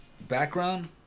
background